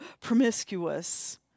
promiscuous